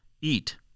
eat